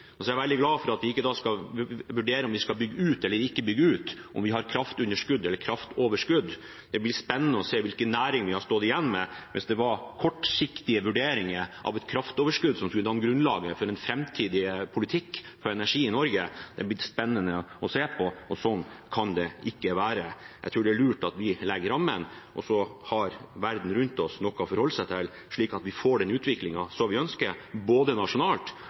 Og jeg er veldig glad for at vi ikke da skal vurdere hva vi skal bygge ut eller ikke bygge ut, og om vi har kraftunderskudd eller kraftoverskudd. Det hadde blitt spennende å se hvilke næringer vi ville ha stått igjen med hvis det var kortsiktige vurderinger av et kraftoverskudd som skulle danne grunnlaget for den framtidige energipolitikken i Norge. Det hadde blitt spennende å se på, og slik kan det ikke være. Jeg tror det er lurt at vi legger rammen, og så har verden rundt oss noe å forholde seg til, slik at vi får den utviklingen som vi ønsker nasjonalt,